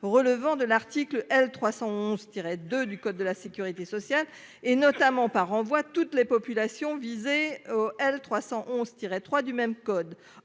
relevant de l'article L 311 de du code de la sécurité sociale et notamment par toutes les populations visées L 311 tirer 3 du même code.